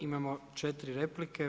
Imamo 4 replike.